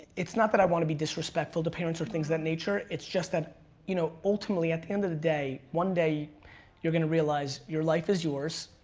it's not that i wanna be disrespectful to parents or things of that nature. it's just that you know, ultimately at the end of the day, one day you're gonna realize your life is yours,